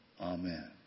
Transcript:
amen